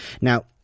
Now